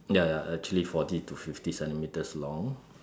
ya ya actually forty to fifty centimetres long